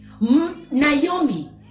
Naomi